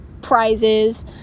prizes